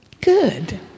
Good